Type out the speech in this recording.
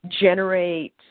generate